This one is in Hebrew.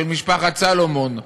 של משפחת סלומון,